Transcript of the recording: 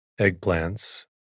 eggplants